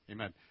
Amen